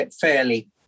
fairly